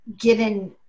given